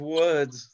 words